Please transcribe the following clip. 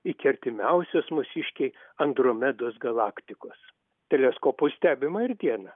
iki artimiausios mūsiškei andromedos galaktikos teleskopu stebima ir dieną